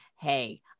hey